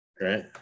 Right